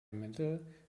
mittel